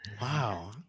Wow